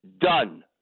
done